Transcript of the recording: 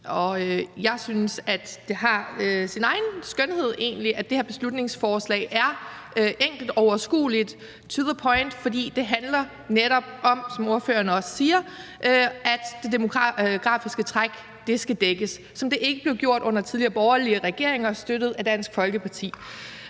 egentlig, at det har sin egen skønhed, at det her lovforslag er enkelt, overskueligt og to the point, for det handler netop om, som ordføreren også siger, at det demografiske træk skal dækkes, hvilket det ikke blev gjort under tidligere borgerlige regeringer støttet af Dansk Folkeparti.